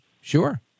Sure